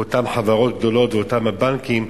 אותן חברות גדולות ואותם הבנקים.